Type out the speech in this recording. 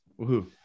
Woohoo